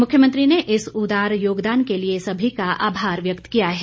मुख्यमंत्री ने इस उदार योगदान के लिए सभी का आभार व्यक्त किया है